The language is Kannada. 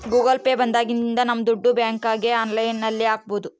ಗೂಗಲ್ ಪೇ ಬಂದಾಗಿನಿಂದ ನಮ್ ದುಡ್ಡು ಬ್ಯಾಂಕ್ಗೆ ಆನ್ಲೈನ್ ಅಲ್ಲಿ ಹಾಕ್ಬೋದು